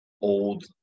old